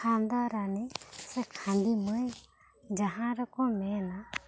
ᱠᱷᱟᱱᱫᱟᱨᱟᱹᱱᱤ ᱥᱮ ᱠᱷᱟᱱᱫᱤᱢᱟᱹᱭ ᱡᱟᱦᱟᱸ ᱨᱮᱠᱚ ᱢᱮᱱᱟ